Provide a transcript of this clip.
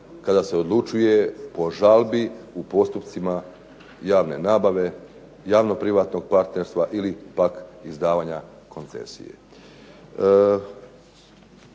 kada se odlučuje po žalbi u postupcima javne nabave, javno privatnog partnerstva ili pak izdavanja koncesije.